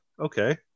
okay